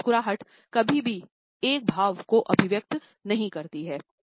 एक मुस्कुराहट कभी भी एक भाव को अभिव्यक्त नहीं करती है